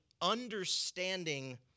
understanding